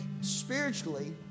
spiritually